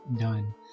done